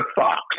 fox